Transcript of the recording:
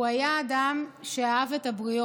הוא היה אדם שאהב את הבריות.